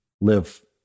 live